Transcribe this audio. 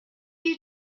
you